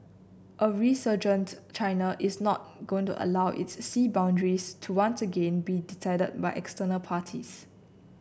a resurgent China is not going to allow its sea boundaries to once again be decided by external parties